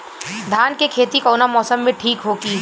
धान के खेती कौना मौसम में ठीक होकी?